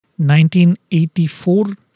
1984